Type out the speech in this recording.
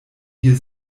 hier